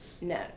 No